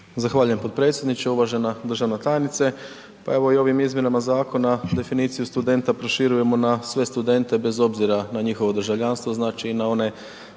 Zahvaljujem potpredsjedniče. Uvažena državna tajnice, pa evo i ovim izmjenama zakona definiciju studenta proširujemo na sve studente bez obzira na njihovo državljanstvo, znači i na one